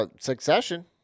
Succession